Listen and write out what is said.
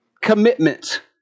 commitment